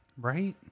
Right